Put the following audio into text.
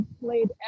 played